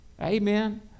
amen